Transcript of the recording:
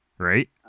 Right